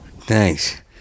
thanks